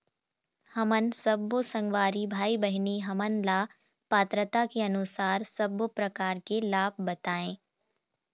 हमन सब्बो संगवारी भाई बहिनी हमन ला पात्रता के अनुसार सब्बो प्रकार के लाभ बताए?